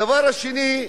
דבר שני,